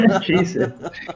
jesus